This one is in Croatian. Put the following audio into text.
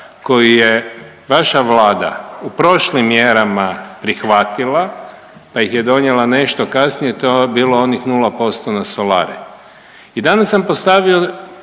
koju je vaša Vlada u prošlim mjerama prihvatila, pa ih je donijela nešto kasnije to je bilo onih 0% na solare. I danas sam postavio